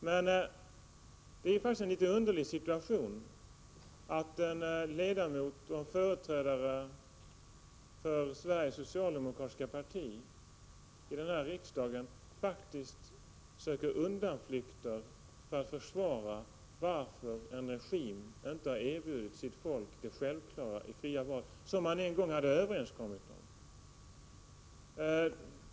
Men det är en underlig situation, när en ledamot och företrädare för Sveriges socialdemokratiska parti i riksdagen faktiskt söker undanflykter för att försvara att en regim inte har erbjudit sitt folk det självklara i fria val, som en gång var överenskommet.